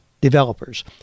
developers